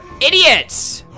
Idiots